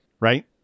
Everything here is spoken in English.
Right